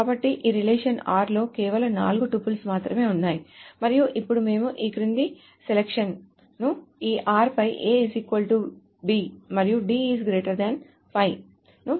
కాబట్టి ఈ relation r లో కేవలం నాలుగు టుపుల్స్ మాత్రమే ఉన్నాయి మరియు ఇప్పుడు మేము ఈ క్రింది సెలక్షన్ ను ఈ r పై AB మరియు D5 ను వర్తింపజేస్తున్నాము